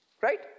Right